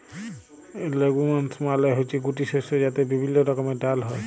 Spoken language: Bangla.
লেগুমস মালে হচ্যে গুটি শস্য যাতে বিভিল্য রকমের ডাল হ্যয়